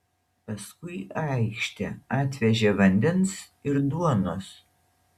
paskui į aikštę atvežė vandens ir duonos